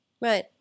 Right